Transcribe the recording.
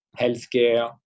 healthcare